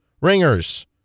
ringers